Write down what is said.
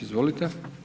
Izvolite.